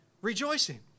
rejoicing